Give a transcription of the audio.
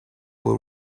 will